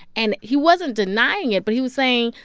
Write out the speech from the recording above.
and he wasn't denying it, but he was saying,